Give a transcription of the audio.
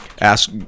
ask